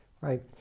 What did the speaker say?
Right